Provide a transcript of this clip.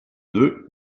deux